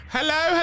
Hello